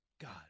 God